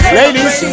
ladies